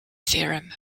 theorem